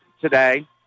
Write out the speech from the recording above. today